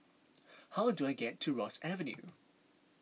how do I get to Ross Avenue